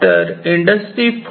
तर इंडस्ट्री 4